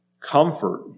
comfort